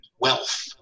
wealth